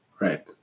Right